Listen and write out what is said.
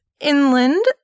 inland